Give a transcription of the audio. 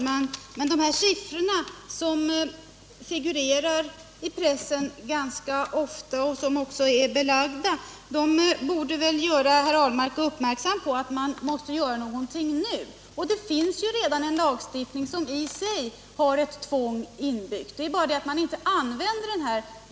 Herr talman! De siffror som figurerar i pressen ganska ofta och som också är belagda borde väl göra herr Ahlmark uppmärksam på att någonting måste ske nu. Det finns redan en lagstiftning som i sig har ett tvång inbyggt; det är bara det felet att man inte använder den.